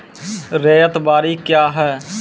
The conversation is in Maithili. रैयत बाड़ी क्या हैं?